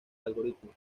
algoritmo